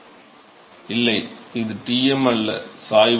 மாணவர் இல்லை இது Tm அல்ல சாய்வு